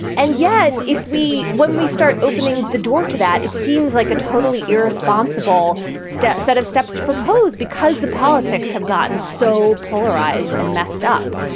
and yet if we when we start opening the door to that, it seems like a totally irresponsible step set of steps to propose because the politics have gotten so polarized and messed up.